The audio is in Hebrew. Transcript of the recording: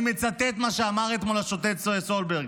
אני מצטט את מה שאמר אתמול השופט סולברג: